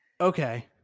Okay